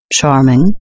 Charming